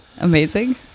Amazing